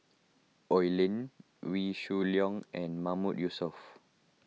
Oi Lin Wee Shoo Leong and Mahmood Yusof